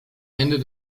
ende